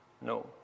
no